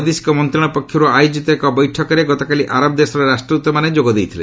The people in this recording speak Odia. ବୈଦେଶିକ ମନ୍ତ୍ରଣାଳୟ ପକ୍ଷରୁ ଆୟୋଜିତ ଏକ ବୈଠକରେ ଗତକାଲି ଆରବ ଦେଶର ରାଷ୍ଟ୍ରଦୃତମାନେ ଯୋଗ ଦେଇଥିଲେ